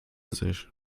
sich